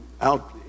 out